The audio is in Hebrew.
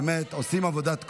באמת עושים עבודת קודש,